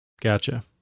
gotcha